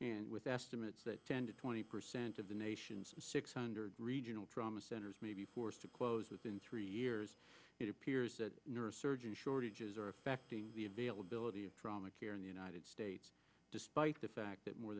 and with estimates that ten to twenty percent of the nation's six hundred regional trauma centers may be forced to close within three years it appears that neurosurgeon shortages are affecting the availability of trauma care in the united states despite the fact that more